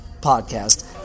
Podcast